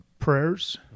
prayers